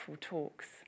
talks